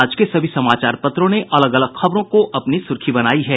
आज के सभी समाचार पत्रों ने अलग अलग खबरों को अपनी सुर्खी बनायी है